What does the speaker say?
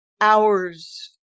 hours